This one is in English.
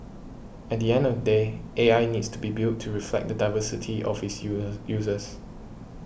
at the end of the day A I needs to be built to reflect the diversity of its users users